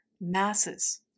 masses